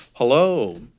Hello